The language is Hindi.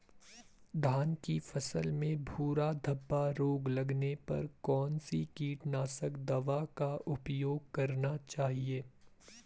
धान की फसल में भूरा धब्बा रोग लगने पर कौन सी कीटनाशक दवा का उपयोग करना चाहिए?